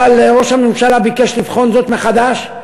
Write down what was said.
אבל ראש הממשלה ביקש לבחון זאת מחדש,